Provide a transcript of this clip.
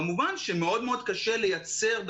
כמובן שמאוד מאוד קשה לייצר,